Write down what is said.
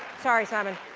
sorry, simon.